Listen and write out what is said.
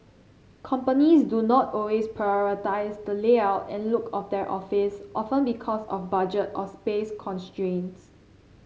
companies do not always prioritise the layout and look of their office often because of budget or space constraints